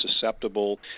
susceptible